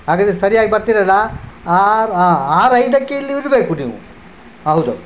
ಹಾಗಾದರೆ ಸರಿಯಾಗಿ ಬರ್ತೀರಲ್ಲ ಆರು ಆರು ಐದಕ್ಕೆ ಇಲ್ಲಿ ಇರಬೇಕು ನೀವು ಹೌದೌದು